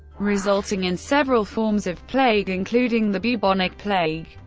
resulting in several forms of plague, including the bubonic plague.